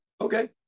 okay